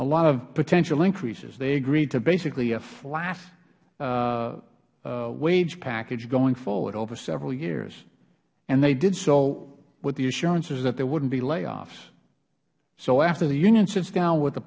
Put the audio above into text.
a lot of potential increases they agreed to basically a flat wage package going forward over several years and they did so with the assurances that there wouldnt be layoffs so after the union sits down with the